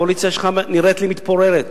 הקואליציה שלך נראית לי מתפוררת.